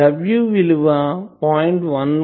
we విలువ 0